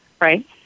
Right